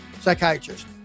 psychiatrist